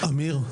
אמיר,